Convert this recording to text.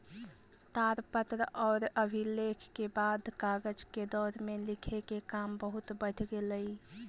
ताड़पत्र औउर अभिलेख के बाद कागज के दौर में लिखे के काम बहुत बढ़ गेलई